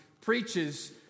preaches